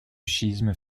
schisme